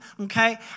Okay